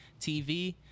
TV